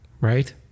right